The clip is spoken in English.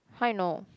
how you know